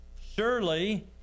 Surely